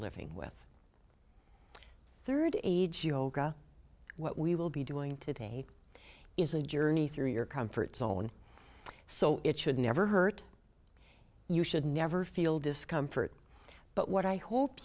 living with third age yoga what we will be doing today is a journey through your comfort zone so it should never hurt you should never feel discomfort but what i hope